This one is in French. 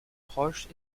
proche